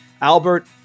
Albert